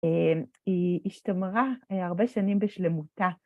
היא השתמרה הרבה שנים בשלמותה.